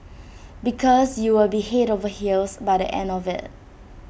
because you will be Head over heels by the end of IT